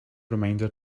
reminder